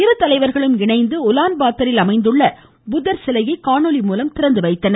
இரு தலைவர்களும் இணைந்து உலான் பாத்தரில் அமைந்துள்ள புத்தர் சிலையை காணொலிமூலம் திறந்துவைக்கின்றனர்